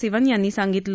सिवन यांनी सांगितलं